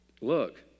Look